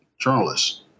journalists